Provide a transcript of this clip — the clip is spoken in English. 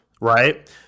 right